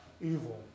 evil